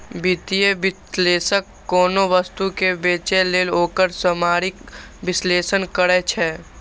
वित्तीय विश्लेषक कोनो वस्तु कें बेचय लेल ओकर सामरिक विश्लेषण करै छै